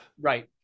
Right